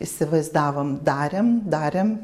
įsivaizdavom darėm darėm